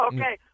Okay